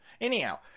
Anyhow